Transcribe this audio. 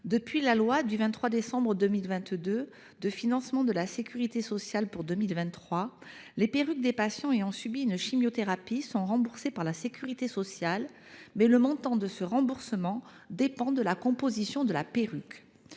Depuis la loi du 23 décembre 2022 de financement de la sécurité sociale pour 2023, les perruques des patients ayant subi une chimiothérapie sont remboursées par la sécurité sociale, mais le montant de ce remboursement dépend de la composition de la perruque.